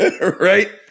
Right